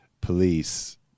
police